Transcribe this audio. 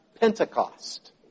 Pentecost